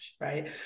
right